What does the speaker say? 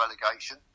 relegation